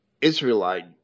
Israelite